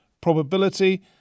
probability